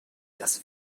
das